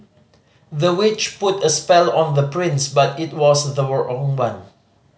the witch put a spell on the prince but it was the wrong own one